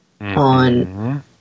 On